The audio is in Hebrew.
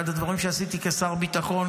אחד הדברים שעשיתי כשר ביטחון,